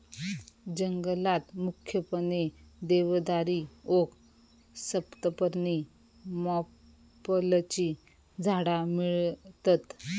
जंगलात मुख्यपणे देवदारी, ओक, सप्तपर्णी, मॅपलची झाडा मिळतत